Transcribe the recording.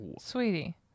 Sweetie